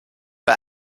bei